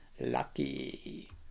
lucky